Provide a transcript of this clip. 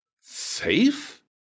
Safe